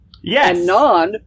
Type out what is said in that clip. Yes